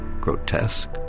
grotesque